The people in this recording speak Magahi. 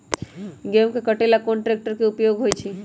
गेंहू के कटे ला कोंन ट्रेक्टर के उपयोग होइ छई?